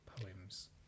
poems